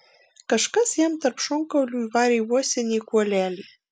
kažkas jam tarp šonkaulių įvarė uosinį kuolelį